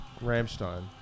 Ramstein